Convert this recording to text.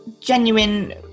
genuine